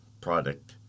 product